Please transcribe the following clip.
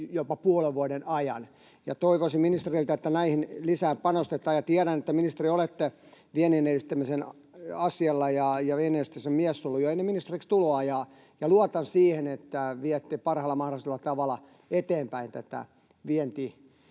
jopa puolen vuoden ajan. Toivoisin ministereiltä, että näihin lisää panostetaan, ja tiedän, että, ministeri, olette viennin edistämisen asialla ja viennin edistämisen mies ollut jo ennen ministeriksi tuloa, ja luotan siihen, että viette parhaalla mahdollisella tavalla eteenpäin tätä vienti-Suomea